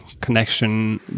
connection